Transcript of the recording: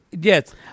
yes